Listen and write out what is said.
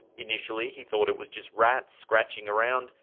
initially he thought it was just rats scratching around,